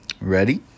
Ready